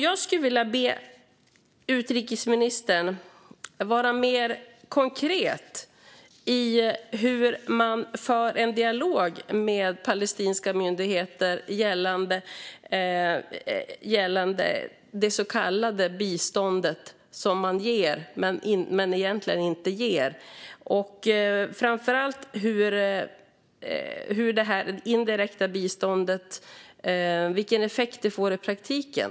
Jag skulle vilja be utrikesministern att vara mer konkret i hur man för en dialog med palestinska myndigheter gällande det så kallade bistånd som man ger men egentligen inte ger, framför allt om vilken effekt det här indirekta biståndet får i praktiken.